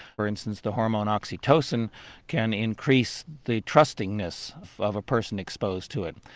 for instance the hormone oxytocin can increase the trustingness of a person exposed to it.